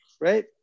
right